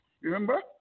remember